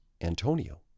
Antonio